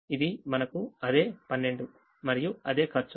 ఇది మనకు అదే 12 మరియు అదే ఖర్చు